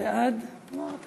ההצעה